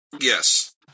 Yes